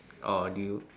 or do you